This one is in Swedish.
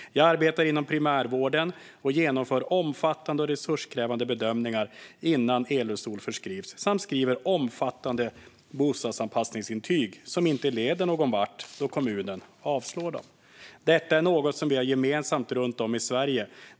Jag arbetar inom primärvården och genomför omfattande och resurskrävande bedömningar innan el-rullstol förskrivs samt skriver omfattande bostadsanpassningsintyg som inte leder någonvart då kommunen avslår dem. Detta är något som vi har gemensamt runt om i Sverige.